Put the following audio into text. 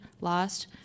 lost